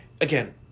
Again